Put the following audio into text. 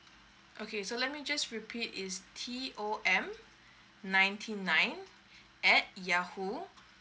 okay so let me just repeat is T O M ninety nine at yahoo